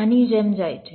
આની જેમ જાય છે